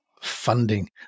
funding